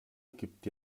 gibt